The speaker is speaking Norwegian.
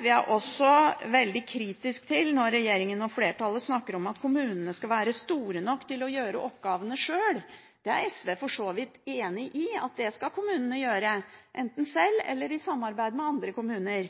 Vi er også veldig kritiske til det regjeringen og flertallet sier om at kommunene skal være store nok til å gjøre oppgavene sjøl. Det er SV for så vidt enig i at de skal – enten sjøl eller i samarbeid med andre kommuner.